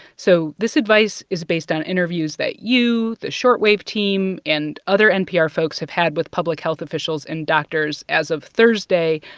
so this advice is based on interviews that you, the short wave team and other npr folks have had with public health officials and doctors as of thursday,